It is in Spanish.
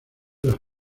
las